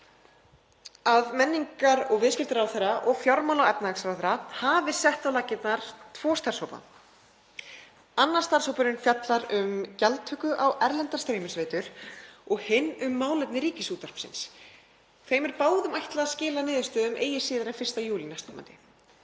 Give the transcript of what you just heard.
að menningar- og viðskiptaráðherra og fjármála- og efnahagsráðherra hafi sett á laggirnar tvo starfshópa, annar fjallar um gjaldtöku á erlendar streymisveitur og hinn um málefni Ríkisútvarpsins. Þeim er báðum ætlað að skila niðurstöðum eigi síðar en 1. júlí nk.